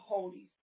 Holy